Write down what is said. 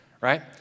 right